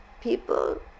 people